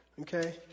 Okay